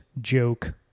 joke